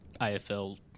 AFL